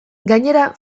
gainera